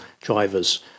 drivers